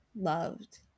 loved